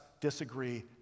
disagree